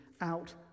out